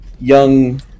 young